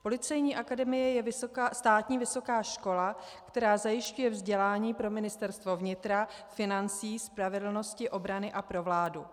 Policejní akademie je státní vysoká škola, která zajišťuje vzdělání pro ministerstva vnitra, financí, spravedlnosti, obrany a pro vládu.